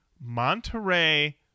Monterey